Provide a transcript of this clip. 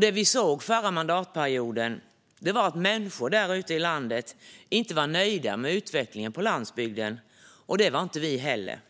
Det vi såg förra mandatperioden var att människor där ute i landet inte var nöjda med utvecklingen på landsbygden, och det var inte vi heller.